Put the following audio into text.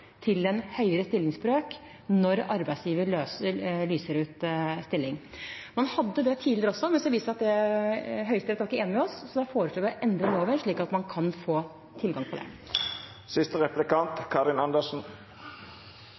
til en høyere stillingsbrøk når arbeidsgiver lyser ut stilling. Man hadde det slik tidligere også, man så viste det seg at Høyesterett ikke var enig med oss, så da foreslår vi å endre loven, slik at man kan få adgang til det.